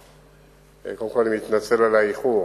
אני מתנצל על האיחור,